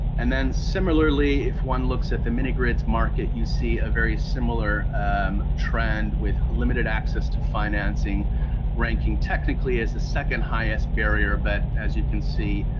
and then similarly, if one looks at the mini grids market you see a very similar um trend with limited access to financing ranking technically as the second-highest barrier, but as you can see,